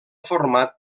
format